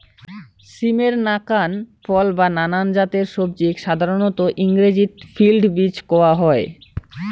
সিমের নাকান ফল বা নানান জাতের সবজিক সাধারণত ইংরাজিত ফিল্ড বীন কওয়া হয়